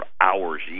hours